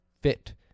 fit